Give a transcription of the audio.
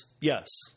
Yes